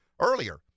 earlier